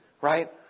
Right